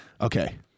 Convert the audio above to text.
Okay